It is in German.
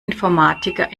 informatiker